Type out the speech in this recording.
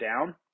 down